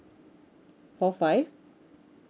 four five